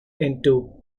into